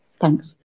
Thanks